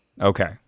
Okay